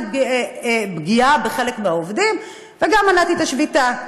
פגיעה בחלק מהעובדים וגם מנעתי את השביתה,